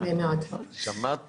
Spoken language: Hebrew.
שמעת